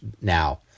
now